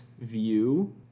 view